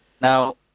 Now